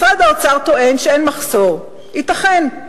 משרד האוצר טוען שאין מחסור, ייתכן.